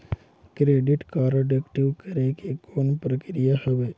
Credit card active करे के कौन प्रक्रिया हवे?